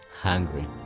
hungry